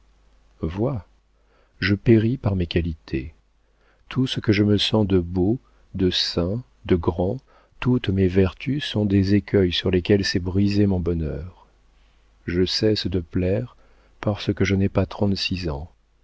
vois je péris par mes qualités tout ce que je me sens de beau de saint de grand toutes mes vertus sont des écueils sur lesquels s'est brisé mon bonheur je cesse de plaire parce que je n'ai pas trente-six ans